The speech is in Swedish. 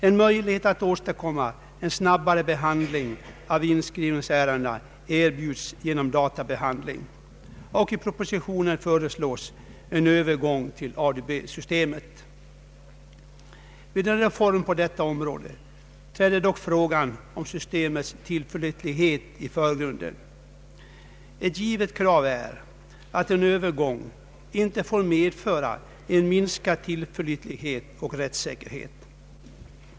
En möjlighet att åstadkomma en snabbare behandling av inskrivningsärendena erbjuds genom databehandling, och i propositionen föreslås en övergång till ADB-systemet. Vid en reform på detta område träder dock frågan om systemets tillförlitlighet i förgrunden. Ett givet krav är att en övergång inte får medföra minskad tillförlitlighet och minskad rättssäkerhet.